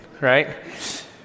right